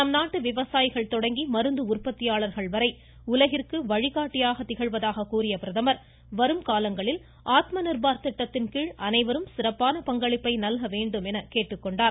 நம் நாட்டு விவசாயிகள் தொடங்கி மருந்து உற்பத்தியாளர்கள் வரை உலகிற்கு வழிகாட்டியதாக கூறிய பிரதமர் வருங்காலங்களில் ஆத்ம நிர்பார் திட்டத்தின் கீழ் அனைவரும் சிறப்பான பங்களிப்பை நல்க வேண்டும் என்று கேட்டுக்கொண்டார்